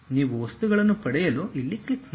ನೀವು ವಸ್ತುಗಳನ್ನು ಪಡೆಯಲು ಇಲ್ಲಿ ಕ್ಲಿಕ್ ಮಾಡಿ